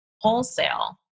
wholesale